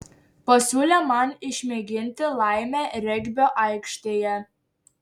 pasiūlė man išmėginti laimę regbio aikštėje